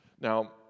Now